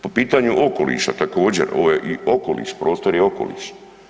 Po pitanju okoliša, također, ovo je i okoliš, prostor je okoliš.